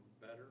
better